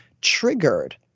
triggered